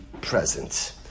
present